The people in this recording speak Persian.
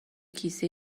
کیسه